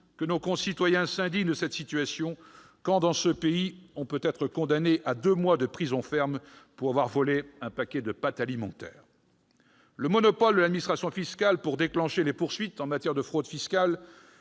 que nos concitoyens s'indignent de cette situation quand, dans ce pays, on peut être condamné à deux mois de prison ferme pour avoir volé un paquet de pâtes alimentaires ? Non seulement le monopole de l'administration fiscale pour déclencher les poursuites en matière de fraude fiscale